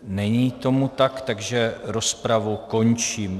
Není tomu tak, takže rozpravu končím.